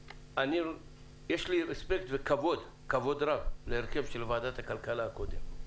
יש לי רספקט וכבוד רב להרכב של וועדת הכלכלה הקודמת,